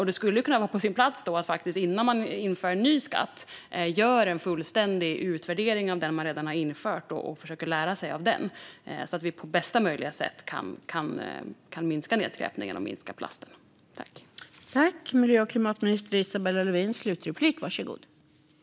Det skulle kunna vara på sin plats att man innan man inför en ny skatt gör en fullständig utvärdering av den man redan har infört och försöker lära sig av den så att vi på bästa möjliga sätt kan minska nedskräpningen och minska mängden plast.